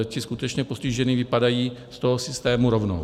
Ti skutečně postižení vypadají z toho systému rovnou.